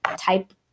type